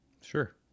Sure